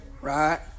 Right